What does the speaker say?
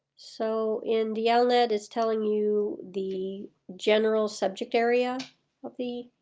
so in dialnet. is telling you the general subject area of the,